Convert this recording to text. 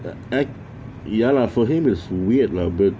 act~ ya lah for him is weird lah but